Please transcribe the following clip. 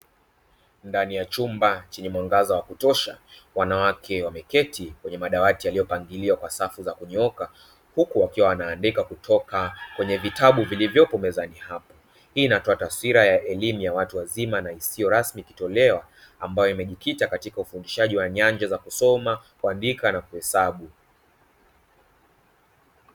Ndani ya chumba chenye mwangaza wa kutosha wanawake wameketi kwenye madawati yaliyopangiliwa kwa safu za kunyooka, huku wakiwa wanaandika kutoka kwenye vitabu vilivyopo mezani hapo. Hii inatoa taswira ya elimu ya watu wazima na isiyo rasmi ikitolewa ambayo imejikita katika ufundishaji wa nyanja za kusoma, kuandika na kuhesabu.